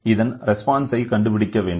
இதன் ரெஸ்பான்ஸ் ஐ கண்டுபிடிக்க வேண்டும்